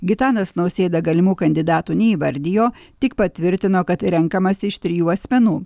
gitanas nausėda galimų kandidatų neįvardijo tik patvirtino kad renkamasi iš trijų asmenų